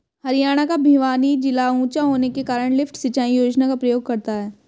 हरियाणा का भिवानी जिला ऊंचा होने के कारण लिफ्ट सिंचाई योजना का प्रयोग करता है